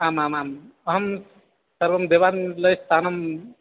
आमामाम् अहं सर्वं देवालयस्थानं